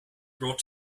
brought